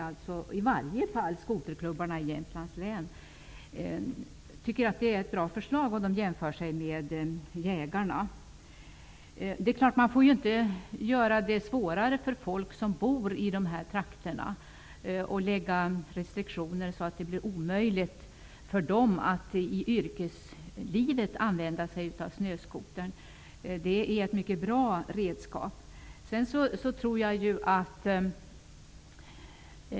Åtminstone skoterklubbarna i Jämtlands län tycker att det är ett bra förslag, och de jämför sig med jägarna. Man får inte försvåra för folk som bor i dessa trakter genom att skapa restriktioner som gör det omöjligt för dem att använda sig av snöskotern i yrkeslivet. Skotern är ett mycket bra redskap.